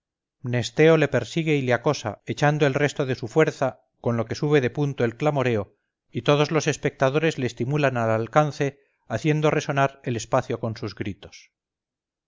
carrera mnesteo le persigue y le acosa echando el resto de sus fuerza con lo que sube de punto el clamoreo y todos los espectadores le estimulan al alcance haciendo resonar el espacio con sus gritos